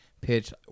pitch